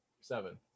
seven